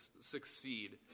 succeed